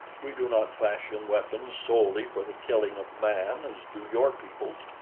we do not fashion weapons solely for the killing of man as do your peoples.